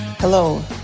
Hello